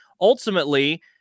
ultimately